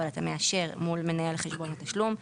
אבל אתה מאשר מול מנהל חשבון תשלום.